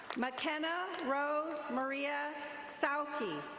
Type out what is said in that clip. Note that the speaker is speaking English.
makenna rose marie ah southy.